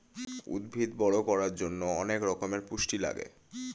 উদ্ভিদ বড় করার জন্যে অনেক রকমের পুষ্টি লাগে